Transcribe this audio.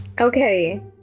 Okay